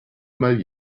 mal